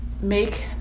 make –